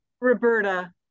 Roberta